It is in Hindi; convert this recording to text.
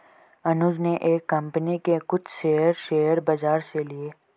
अनुज ने एक कंपनी के कुछ शेयर, शेयर बाजार से लिए